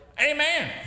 amen